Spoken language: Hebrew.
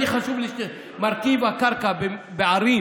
חשוב לי מרכיב הקרקע בערים